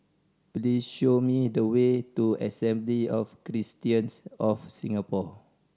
please show me the way to Assembly of Christians of Singapore